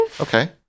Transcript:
Okay